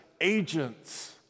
agents